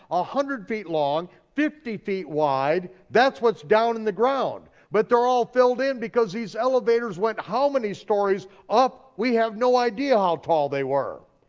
ah hundred feet long, fifty feet wide, that's what's down in the ground. but they're all filled in because these elevators went how many stories up? we have no idea how tall they were.